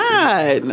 God